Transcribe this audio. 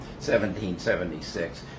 1776